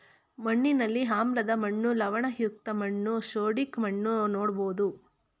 ಮಣ್ಣಿನಲ್ಲಿ ಆಮ್ಲದ ಮಣ್ಣು, ಲವಣಯುಕ್ತ ಮಣ್ಣು, ಸೋಡಿಕ್ ಮಣ್ಣು ನೋಡ್ಬೋದು